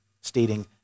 stating